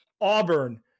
Auburn